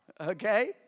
Okay